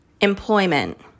employment